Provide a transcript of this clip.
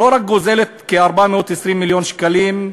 לא רק שהיא גוזלת כ-420 מיליון שקלים,